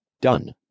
Done